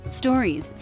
Stories